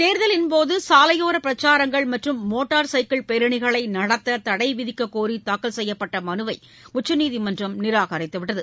தேர்தலின்போது சாலையோரப் பிரச்சாரங்கள் மற்றும் மோட்டார் சைக்கிள் பேரணிகளை நடத்த தடை விதிக்கக்கோரி தாக்கல் செய்யப்பட்ட மனுவை உச்சநீதிமன்றம் நிராகரித்துவிட்டது